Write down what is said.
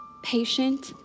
patient